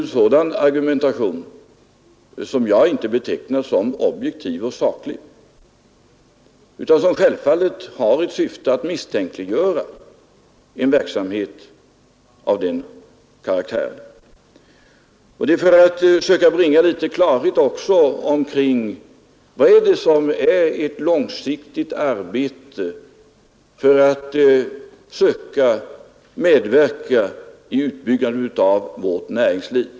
En sådan argumentation vill jag inte beteckna som objektiv och saklig. Den har självfallet till syfte att misstänkliggöra en verksamhet av denna karaktär. Vi vill söka bringa klarhet också kring ett långsiktigt arbete på att medverka vid utbyggandet av vårt näringsliv.